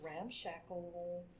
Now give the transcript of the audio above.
ramshackle